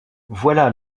voilà